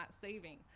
saving